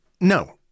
No